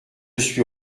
suis